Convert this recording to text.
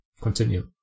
continue